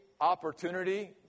opportunity